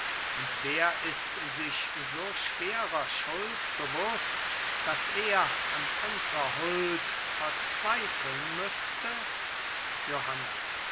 und wer ist sich so schwerer schuld bewußt daß er an unsrer huld verzweifeln müßte johanna